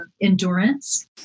endurance